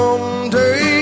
Someday